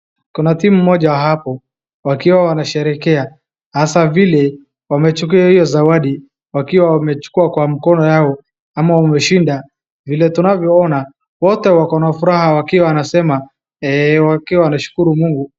Kuna timu moja hapo wakiwa wamesherehekea hasa vile wamechukua hii zawadi wakiwa wamechukua kwa mikono yao ama wameshinda vile tunavyoona. Wote wako na furaha wakiwa wanasema wakiwa wanashukuru Mungu.